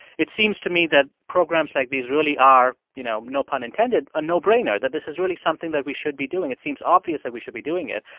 it seems to me that programs like these really are, you know no pun intended a no-brainer, that this is really something that we should be doing. it seems obvious that we should be doing it.